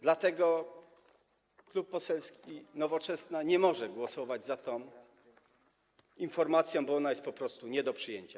Dlatego Klub Poselski Nowoczesna nie może głosować za tą informacja, bo ona jest po prostu nie do przyjęcia.